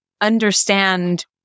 understand